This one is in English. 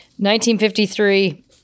1953